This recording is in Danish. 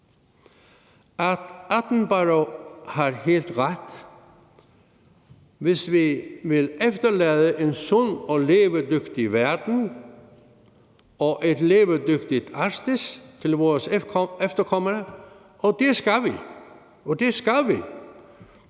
Attenborough har helt ret. Hvis vi vil efterlade en sund og levedygtig verden og et levedygtigt Arktis til vores efterkommere – og det skal vi – må vi